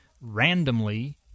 randomly